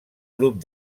grup